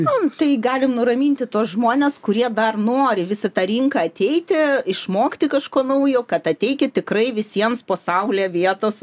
num tai galim nuraminti tuos žmones kurie dar nori vis į tą rinką ateiti išmokti kažko naujo kad ateikit tikrai visiems pasaulyje vietos